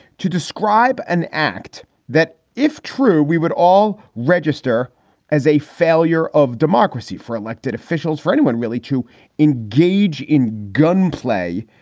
to describe an act that, if true, we would all register as a failure of democracy for elected officials, for anyone really to engage in gun play,